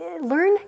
learn